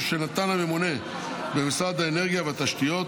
שנתן הממונה במשרד האנרגיה והתשתיות,